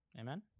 Amen